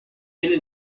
ele